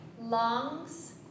lungs